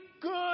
good